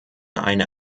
eine